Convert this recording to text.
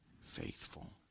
faithful